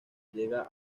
llega